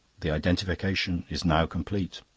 the identification is now complete.